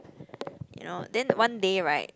you know then one day right